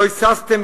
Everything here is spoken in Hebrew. לא היססתם,